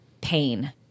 pain